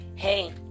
Hey